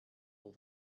all